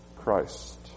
Christ